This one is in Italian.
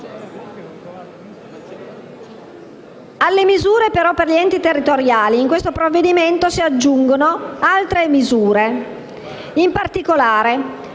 Alle misure per gli enti territoriali in questo provvedimento si aggiungono altre misure. In particolare,